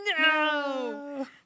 No